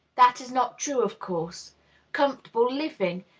that is not true, of course comfortable living,